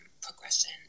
progression